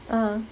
um